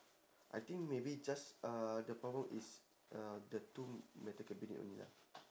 I think maybe just uh the problem is uh the two metal cabinet only lah